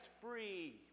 free